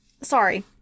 Sorry